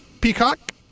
Peacock